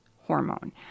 hormone